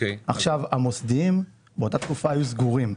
המוסדיים באותה תקופה היו סגורים.